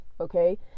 okay